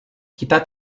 kita